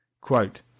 quote